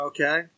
Okay